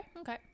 okay